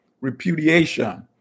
repudiation